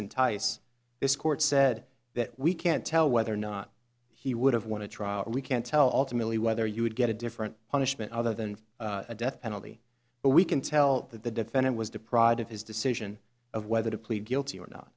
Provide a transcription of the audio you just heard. entice this court said that we can't tell whether or not he would have won a trial we can't tell to merely whether you would get a different punishment other than a death penalty but we can tell that the defendant was deprived of his decision of whether to plead guilty or not